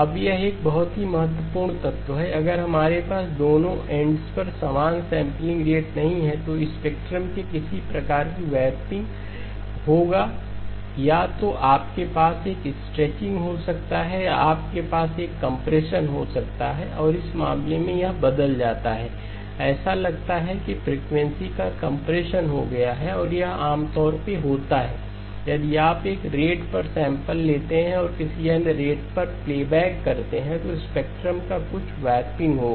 अब यह एक बहुत ही महत्वपूर्ण तत्व है अगर हमारे पास दोनों एंडस पर समान सैंपलिंग रेट नहीं है तो स्पेक्ट्रम के किसी प्रकार का व्रैप्पिंग होगा या तो आपके पास एक स्ट्रेचिंग हो सकता है या आपके पास एक कंप्रेशन हो सकता है और इस मामले में यह बदल जाता है ऐसा लगता है कि फ्रीक्वेंसीका कंप्रेशन हो गया है और यह आमतौर पर होता है यदि आप एक रेट पर सैंपल लेते हैं और किसी अन्य रेट पर प्लेबैक करते हैं तो स्पेक्ट्रम का कुछ व्रैप्पिंग होगा